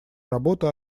работы